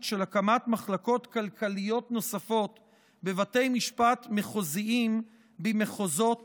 של הקמת מחלקות כלכליות נוספות בבתי משפט מחוזיים במחוזות